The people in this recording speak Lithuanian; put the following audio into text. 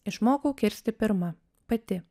išmokau kirsti pirma pati